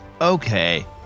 Okay